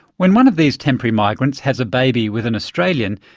when one of these temporary migrants has a baby with an australian,